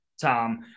Tom